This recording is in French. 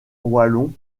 wallons